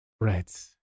Right